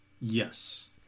Yes